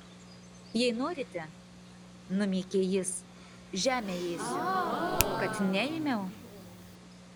jei norite numykė jis žemę ėsiu kad neėmiau